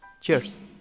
Cheers